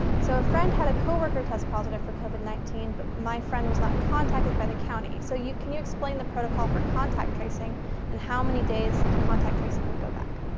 so a friend had a coworker test positive for covid nineteen, but my friend was not contacted by the county. so can you explain the protocol for contact tracing and how many days contact tracing would go back?